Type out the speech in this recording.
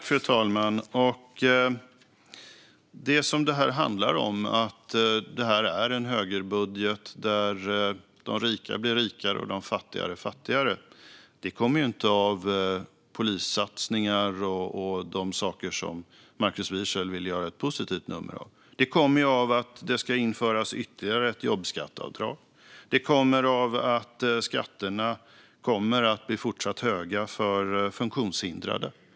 Fru talman! Det som detta handlar om, nämligen att det här är en högerbudget där de rika blir rikare och de fattiga blir fattigare, kommer sig ju inte av polissatsningar och de saker som Markus Wiechel vill göra ett positivt nummer av. Det kommer sig i stället av att det ska införas ytterligare ett jobbskatteavdrag. Det kommer sig av att skatterna kommer att bli fortsatt höga för funktionshindrade.